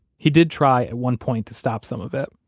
he did try at one point to stop some of it.